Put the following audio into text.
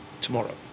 tomorrow